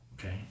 Okay